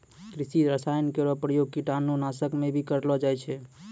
कृषि रसायन केरो प्रयोग कीटाणु नाशक म भी करलो जाय छै